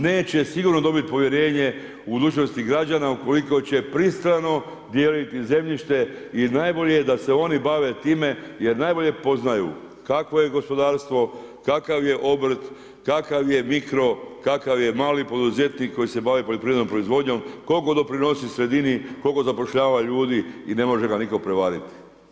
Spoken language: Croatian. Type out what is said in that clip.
Neće sigurno dobit povjerenje u budućnosti građana ukoliko će pristrano dijeliti zemljište i najbolje je da se oni bave time jer najbolje poznaju kakvo je gospodarstvo, kakav je obrt, kakav je mikro, kakav je mali poduzetnik koji se bavi poljoprivrednom proizvodnjom, koliko doprinosi sredini, koliko zapošljava ljudi i ne može ga nitko prevariti.